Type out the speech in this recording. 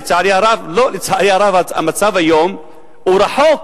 לצערי הרב, המצב היום רחוק